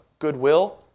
goodwill